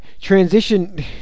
Transition